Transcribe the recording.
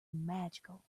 magical